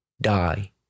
die